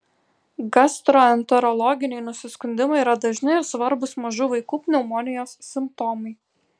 gastroenterologiniai nusiskundimai yra dažni ir svarbūs mažų vaikų pneumonijos simptomai